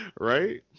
Right